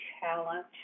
challenge